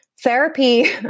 therapy